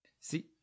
See